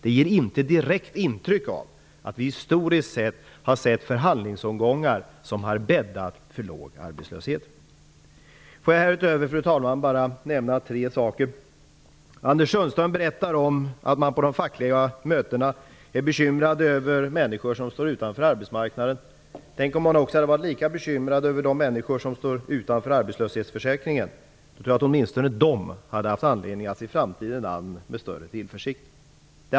Det ger inte direkt intryck av att vi historiskt sett har sett förhandlingsomgångar som har bäddat för låg arbetslöshet. Anders Sundström berättar att man på de fackliga mötena är bekymrad över människor som står utanför arbetsmarknaden. Tänk om man hade varit lika bekymrad över de människor som står utanför arbetslöshetsförsäkringen. Då hade åtminstone de haft anledning att se framtiden an med större tillförsikt.